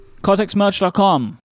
CortexMerch.com